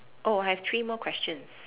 oh I have three more questions